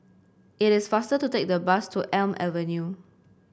it is faster to take the bus to Elm Avenue